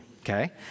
Okay